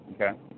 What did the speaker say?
Okay